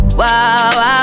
wow